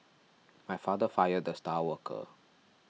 my father fired the star worker